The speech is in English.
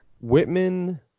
Whitman